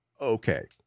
okay